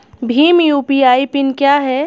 Bhim UPI PIN क्या है?